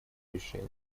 решения